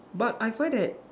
but I find that